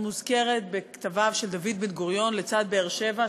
מוזכרת בכתביו של דוד בן-גוריון לצד באר-שבע,